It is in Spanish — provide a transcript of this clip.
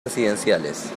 residenciales